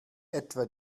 etwa